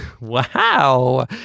wow